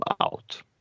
out